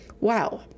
wow